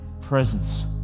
presence